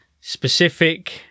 Specific